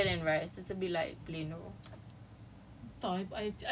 what else is inside his dish like it's just chicken and rice it's a bit like plain no